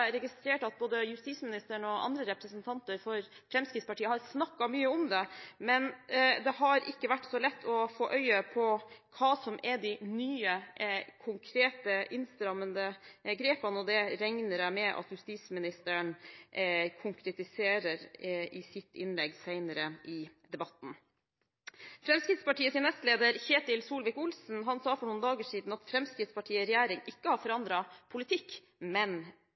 registrert at både justisministeren og andre representanter for Fremskrittspartiet har snakket mye om det, men det har ikke vært så lett å få øye på hva som er de nye, konkrete innstrammende grepene. Det regner jeg med at justisministeren konkretiserer i sitt innlegg senere i debatten. Fremskrittspartiets nestleder Ketil Solvik-Olsen sa for noen dager siden at Fremskrittspartiet i regjering ikke har forandret politikk, men